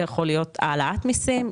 יכולה להיות העלאת מיסים,